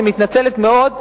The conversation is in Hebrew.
אני מתנצלת מאוד,